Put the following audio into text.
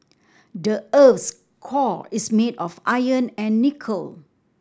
the earth's core is made of iron and nickel